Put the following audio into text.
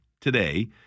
today